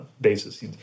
basis